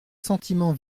sentiment